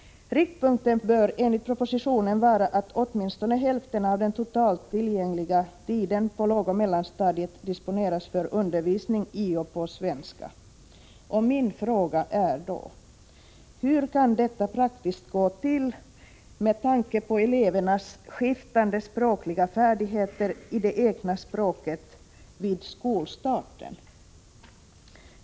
Riktpunkten bör enligt propositionen vara att åtminstone hälften av den totalt tillgängliga tiden på lågoch mellanstadiet disponeras för undervisning i och på svenska. Jag vill då fråga: Hur kan detta praktiskt gå till med tanke på elevernas skiftande språkliga färdigheter i det egna språket vid skolstarten?